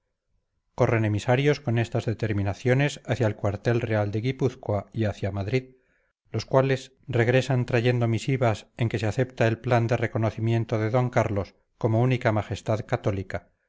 corren emisarios con estas determinaciones hacia el cuartel real de guipúzcoa y hacia madrid los cuales regresan trayendo misivas en que se acepta el plan de reconocimiento de d carlos como única majestad católica